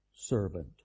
servant